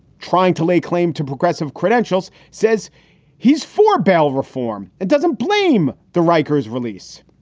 trying to lay claim to progressive credentials, says he's for bail reform, it doesn't blame the rikers release.